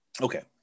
Okay